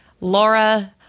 Laura